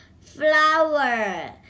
flower